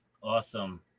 Awesome